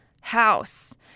house